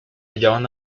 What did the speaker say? hallaban